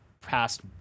past